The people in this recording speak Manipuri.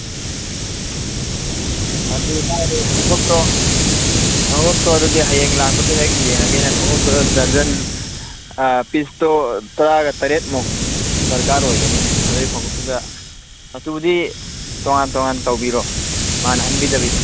ꯑꯣ ꯑꯗꯨ ꯅꯪꯒꯤ ꯈꯣꯡꯎꯞꯇꯣ ꯈꯣꯡꯎꯞꯇꯣ ꯑꯗꯨꯗꯤ ꯍꯌꯦꯡ ꯂꯥꯛꯄꯗ ꯍꯦꯛ ꯌꯦꯡꯉꯒꯦꯅꯦ ꯈꯣꯡꯎꯞꯇꯣ ꯗꯔꯖꯟ ꯄꯤꯁꯇꯣ ꯇꯔꯥꯒ ꯇꯔꯦꯠꯃꯨꯛ ꯗꯔꯀꯥꯔ ꯑꯣꯏꯒꯅꯤꯅꯦ ꯑꯗꯨꯒꯤ ꯈꯣꯡꯎꯞꯇꯨꯗ ꯃꯆꯨꯗꯤ ꯇꯣꯉꯥꯟ ꯇꯣꯉꯥꯟ ꯇꯧꯕꯤꯔꯣ ꯃꯥꯟꯅꯍꯟꯕꯤꯗꯕꯤ